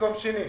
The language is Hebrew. במקום השני.